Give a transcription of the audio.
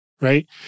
right